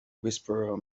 whisperer